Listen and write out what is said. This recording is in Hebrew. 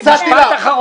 תנחש מה?